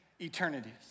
eternities